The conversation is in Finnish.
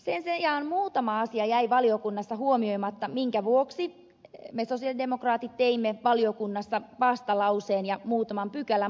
sen sijaan muutama asia jäi valiokunnassa huomioimatta minkä vuoksi me sosialidemokraatit teimme valiokunnassa vastalauseen ja muutaman pykälämuutosehdotuksen